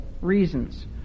reasons